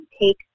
take